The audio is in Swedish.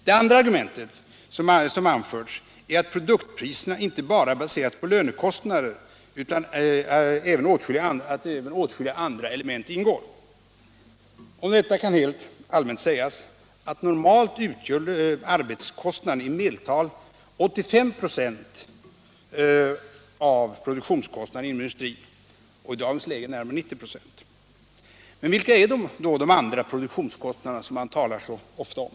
Det andra argument som anförts är att produktpriserna inte bara baseras på lönekostnader utan att också åtskilliga andra element ingår. Om detta kan helt allmänt sägas att normalt utgör arbetskostnaden i medeltal 75 96 Vilka är då de andra produktionskostnaderna, som man talar så ofta om?